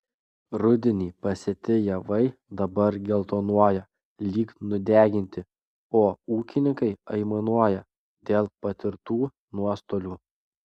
rudenį pasėti javai dabar geltonuoja lyg nudeginti o ūkininkai aimanuoja dėl patirtų nuostolių